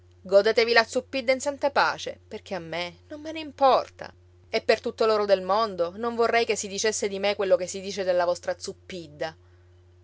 godetevi la zuppidda in santa pace perché a me non me ne importa e per tutto l'oro del mondo non vorrei che si dicesse di me quello che si dice della vostra zuppidda